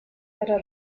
para